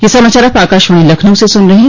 ब्रे क यह समाचार आप आकाशवाणी लखनऊ से सून रहे हैं